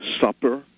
Supper